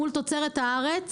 מול תוצרת הארץ,